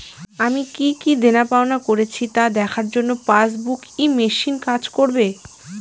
আমি কি কি দেনাপাওনা করেছি তা দেখার জন্য পাসবুক ই মেশিন কাজ করবে?